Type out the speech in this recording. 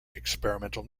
experimental